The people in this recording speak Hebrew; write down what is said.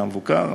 של המבוקר.